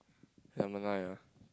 number nine ah